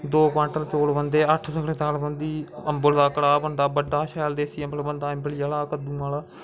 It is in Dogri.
दो कोआंनटल चौल बनदे अट्ठ सगले दाल बनदी अम्बल दा कड़ाह् बनदा शैल देस्सी अम्बल बनदी ईमली आह्ला कद्दूं आह्ला